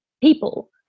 people